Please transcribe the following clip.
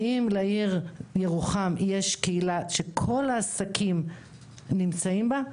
האם לעיר ירוחם יש קהילה שכל העסקים נמצאים בה?